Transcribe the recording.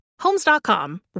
Homes.com